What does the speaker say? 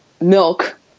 milk